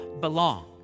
belong